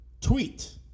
tweet